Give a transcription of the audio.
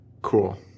Cool